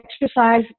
exercise